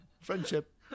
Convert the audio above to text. Friendship